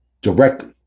directly